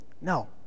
No